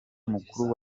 mukuru